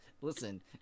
listen